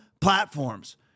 platforms